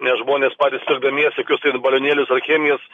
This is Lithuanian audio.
nes žmonės patys ir gamijasi kokius tai balionėlius ar chemijas